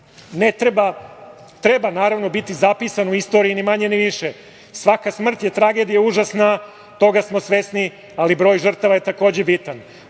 treba biti zapisan u istoriji, ni manje ni više. Svaka smrt je tragedija užasna, toga smo svesni, ali broj žrtava je takođe bitan. Dakle,